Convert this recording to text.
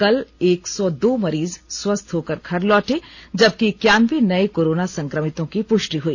कल एक सौ दो मरीज स्वस्थ होकर घर लौटे जबकि एक्यानबे नए कोरोना संक्रमितों की पुष्टि हुई